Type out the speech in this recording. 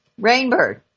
Rainbird